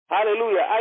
Hallelujah